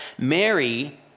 Mary